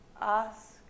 ask